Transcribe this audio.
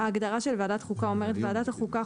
ההגדרה של ועדת חוקה אומרת: "ועדת החוקה,